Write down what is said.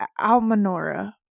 Almanora